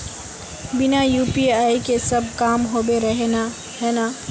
बिना यु.पी.आई के सब काम होबे रहे है ना?